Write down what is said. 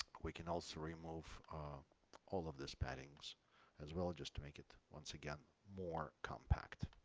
we can also remove all of this paddings as well just to make it once again more compact